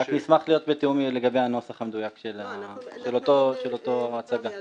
רק נשמח להיות בתיאום לגבי הנוסח המדויק של אותה הצגה.